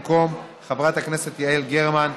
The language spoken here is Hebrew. במקום חברת הכנסת יעל גרמן,